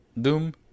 Doom